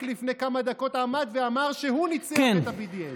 עשה רק לפני כמה דקות כשעמד ואמר שהוא ניצח את ה-BDS.